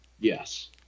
Yes